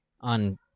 on